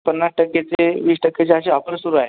पन्नास टक्के ते वीस टक्के जे अशी ऑफर सुरू आहे